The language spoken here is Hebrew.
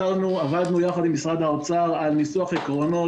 עבדנו יחד עם משרד האוצר על ניסוח עקרונות